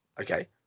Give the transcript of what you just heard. Okay